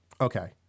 Okay